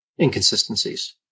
inconsistencies